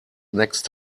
next